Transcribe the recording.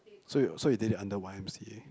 so you so you did it under Y_M_C_A